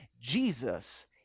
Jesus